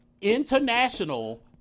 International